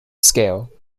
scale